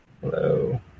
Hello